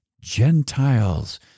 Gentiles